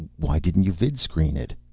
why didn't you vidscreen it?